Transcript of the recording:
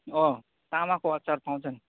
अँ तामाको अचार पाउँछ नि